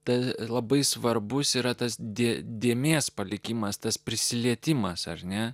tad labai svarbus yra tas dvi dėmės palikimas tas prisilietimas ar ne